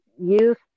youth